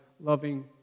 loving